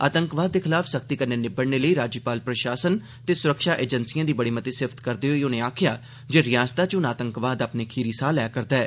आतंकवाद दे खिलाफ सख्ती कन्नै निबड़ने लेई राज्यपाल प्रशासन ते स्रक्षा एजेंसियें दी बड़ी मती सिफ्त करदे होई उनें आक्खेया जे रियासता च हुंन आतंकवाद अपने खीरी साह लै रदा ऐ